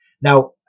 Now